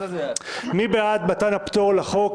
מי בעד מתן הפטור לחוק?